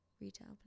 retail